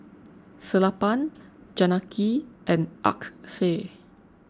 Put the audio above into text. Sellapan Janaki and Akshay